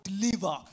deliver